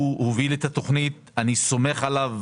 הוא הוביל את התכנית ואני סומך עליו